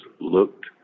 looked